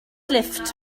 lifft